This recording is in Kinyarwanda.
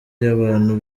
y’abantu